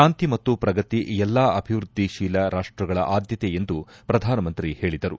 ಶಾಂತಿ ಮತ್ತು ಶ್ರಗತಿ ಎಲ್ಲಾ ಅಭಿವೃದ್ದಿತೀಲ ರಾಷ್ಷಗಳ ಆದ್ದತೆ ಎಂದು ಶ್ರಧಾನಮಂತ್ರಿ ಹೇಳಿದರು